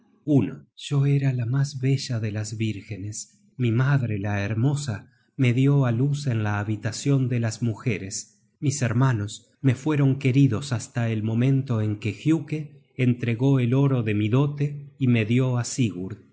canta yo era la mas bella de las vírgenes mi madre la hermosa me dió á luz en la habitacion de las mujeres mis hermanos me fueron queridos hasta el momento en que giuke entregó el oro de mi dote y me dió